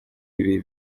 ibi